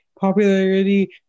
Popularity